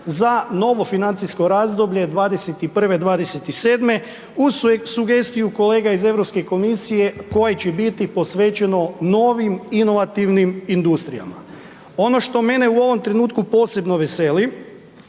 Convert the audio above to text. za novo financijsko razdoblje '21. – '27. uz sugestiju kolega iz Europske komisije koje će biti posvećeno novim inovativnim industrijama. Ono što mene u ovom trenutku posebno veseli